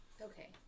Okay